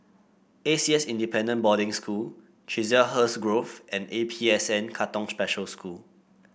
A C S Independent Boarding School Chiselhurst Grove and A P S N Katong Special School